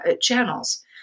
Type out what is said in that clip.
channels